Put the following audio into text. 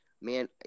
man